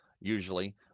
usually